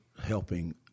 helping